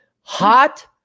Hot